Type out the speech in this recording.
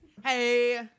hey